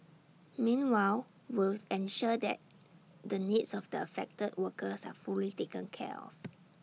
meanwhile will ensure that the needs of the affected workers are fully taken care of